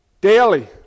Daily